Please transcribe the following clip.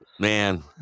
Man